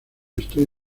estoy